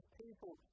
people